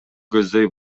көздөй